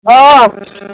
अ